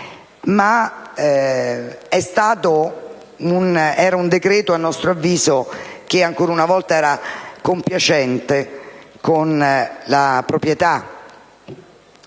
Era un decreto a nostro avviso ancora una volta compiacente con la proprietà